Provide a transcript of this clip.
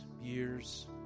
years